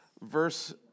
verse